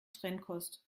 trennkost